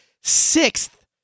sixth